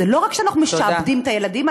לא רק שאנחנו משעבדים את הילדים, תודה.